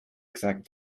exact